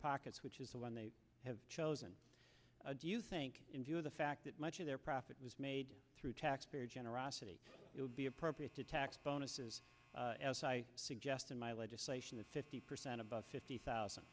pockets which is the one they have chosen do you think in view of the fact that much of their profit was made through taxpayer generosity it would be appropriate to tax bonuses suggested by legislation that fifty percent about fifty thousand